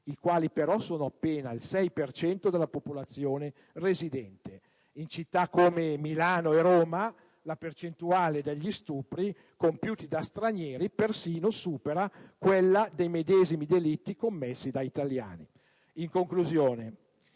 appena il 6 per cento della popolazione residente. In città come Milano e Roma la percentuale degli stupri compiuti da stranieri supera persino quella dei medesimi delitti commessi da italiani. In conclusione,